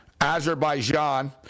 Azerbaijan